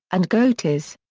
and goatees.